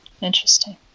interesting